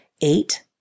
Eight